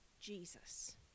Jesus